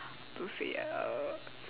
how to say ah uh